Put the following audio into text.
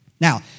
Now